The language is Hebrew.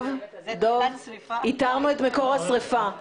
איתרנו את מקור השריפה,